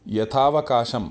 यथावकाशं